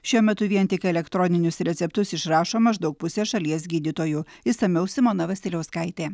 šiuo metu vien tik elektroninius receptus išrašo maždaug pusė šalies gydytojų išsamiau simona vasiliauskaitė